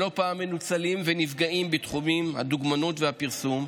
שלא פעם מנוצלים ונפגעים בתחומים הדוגמנות והפרסום,